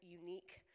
unique